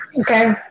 Okay